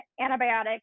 antibiotic